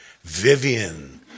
Vivian